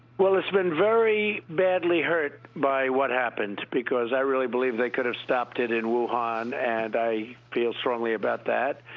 well, it's been very badly hurt by what happened because i really believe they could have stopped it in wuhan, and i feel strongly about that.